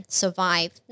survive